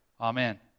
Amen